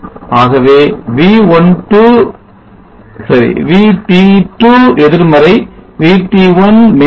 ஆகவே VT2 எதிர்மறை VT1 நேர்மறை